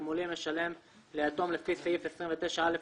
תגמולים ישלם ליתום לפי סעיף 29א לחוק,